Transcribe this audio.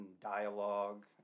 dialogue